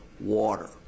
water